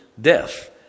death